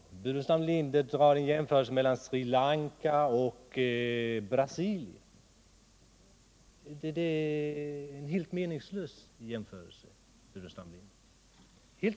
Herr Burenstam Linder gör en jämförelse mellan Sri Lanka och Brasilien. Det är en helt meningslös jämförelse.